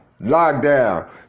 Lockdown